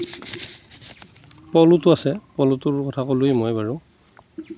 পল'টো আছে পল'টোৰ কথা ক'লোঁৱেই মই বাৰু